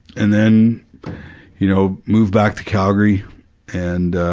and then you know, moved back to calgary and ah,